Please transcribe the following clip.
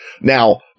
now